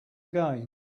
again